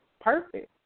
perfect